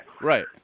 Right